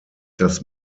das